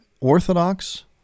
orthodox